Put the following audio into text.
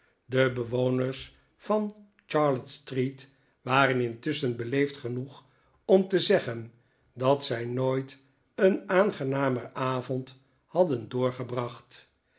de bewoners van charlotte street waren intusschen beleefd genoeg om te zeggen dat zij nooit een aangenamer avond hadden doorgebracht